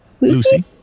Lucy